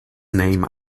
name